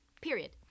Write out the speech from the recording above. period